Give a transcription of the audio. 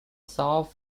south